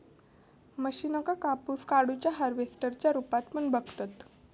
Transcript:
मशीनका कापूस काढुच्या हार्वेस्टर च्या रुपात पण बघतत